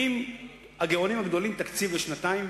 עכשיו הגאונים הגדולים מביאים תקציב לשנתיים,